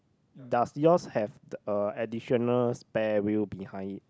does yours have the a additional spare wheel behind it